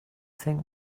think